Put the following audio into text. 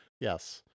Yes